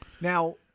Now